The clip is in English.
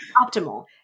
optimal